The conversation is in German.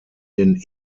den